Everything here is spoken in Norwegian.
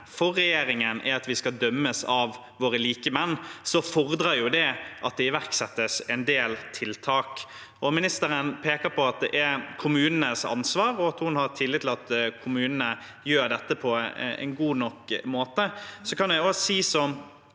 for regjeringen er at vi skal dømmes av våre likemenn, så fordrer det at det iverksettes en del tiltak. Ministeren peker på at det er kommunenes ansvar, og at hun har tillit til at kommunene gjør dette på en god nok måte. Jeg kan si, som